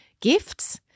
gifts